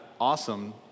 awesome